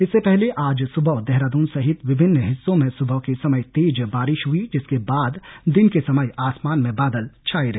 इससे पहले आज सुबह देहरादून सहित विभिन्न हिस्सों में सुबह के समय तेज बारिश हई जिसके बाद दिन के समय आसमान में बादल छाए रहे